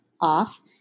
off